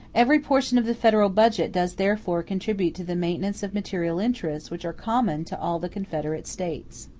every portion of the federal budget does therefore contribute to the maintenance of material interests which are common to all the confederate states.